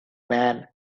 man